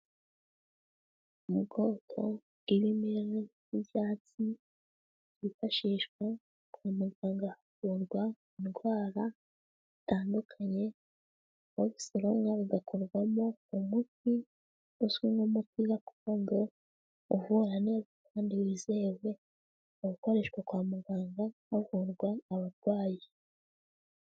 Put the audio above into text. Ubwoko bw'ibimera by'ibyatsi byifashishwa kwa muganga havurwa indwara zitandukanye iyo bisoromwe bigakorwamo umuti uzwi nk'umuti gakondo uvura neza kandi wizewe, ugakoreshwa kwa muganga havurwa abarwayi.